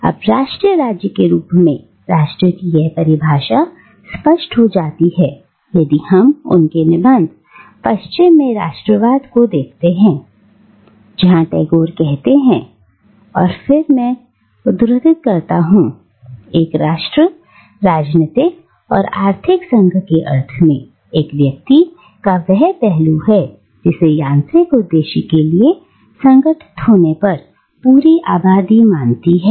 अब राष्ट्र राज्य के रूप में राष्ट्र की यह परिभाषा स्पष्ट हो जाती है यदि हम उनके निबंध " पश्चिम में राष्ट्रवाद" को देखते हैं जहां टैगोर कहते हैं और फिर मैं औरत करता हूं " एक राष्ट्र राजनीतिक और आर्थिक संघ के अर्थ में एक व्यक्ति का वह पहलू है जिसे यांत्रिक उद्देश्य के लिए संगठित होने पर पूरी आबादी मानती है